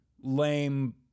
lame